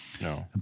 No